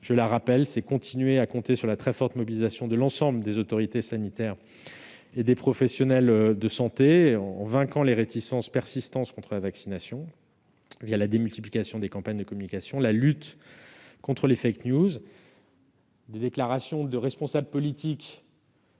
je la rappelle : en continuant à compter sur la très forte mobilisation de l'ensemble des autorités sanitaires et des professionnels de santé ; en vainquant les réticences persistantes contre la vaccination la démultiplication des campagnes de communication et en luttant contre les. Cela passe également par des déclarations de responsables politiques,